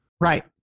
Right